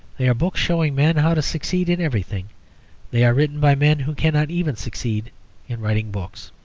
they are books showing men how to succeed in everything they are written by men who cannot even succeed in writing books.